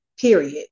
period